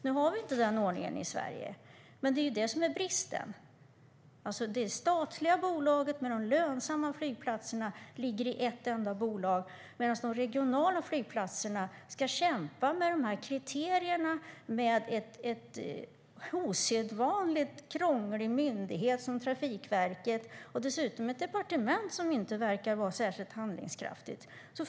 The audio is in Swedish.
Nu har vi inte den ordningen i Sverige, men det är det som är bristen. De lönsamma flygplatserna ligger i ett enda bolag, det statliga, medan de regionala flygplatserna ska kämpa med de här kriterierna, med en osedvanligt krånglig myndighet, Trafikverket, och dessutom ett departement som inte verkar vara särskilt handlingskraftigt.